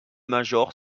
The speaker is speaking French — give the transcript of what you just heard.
major